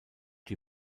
die